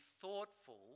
thoughtful